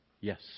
Yes